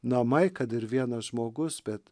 namai kad ir vienas žmogus bet